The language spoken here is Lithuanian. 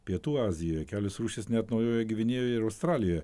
pietų azijoj kelios rūšys net naujojoje gvinėjoje ir australijoje